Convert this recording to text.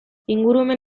ingurumen